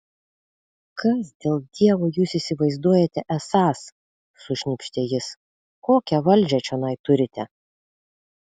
kas dėl dievo jūs įsivaizduojate esąs sušnypštė jis kokią valdžią čionai turite